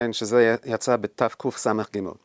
‫שזה יצא בתווקוף סמך גמור.